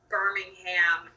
Birmingham